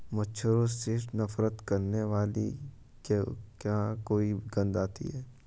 मच्छरों से नफरत करने वाली क्या कोई गंध आती है?